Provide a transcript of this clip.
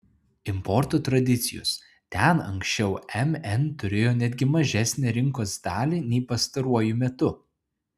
importo tradicijos ten anksčiau mn turėjo netgi mažesnę rinkos dalį nei pastaruoju metu